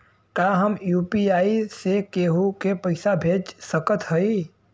का हम यू.पी.आई से केहू के पैसा भेज सकत हई?